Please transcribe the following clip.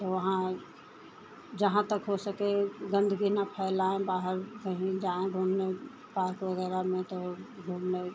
तो वहाँ जहाँ तक हो सके गन्दगी न फैलाएँ बाहर कहीं जाएँ घूमने पार्क वग़ैरह में तो घूमने